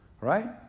right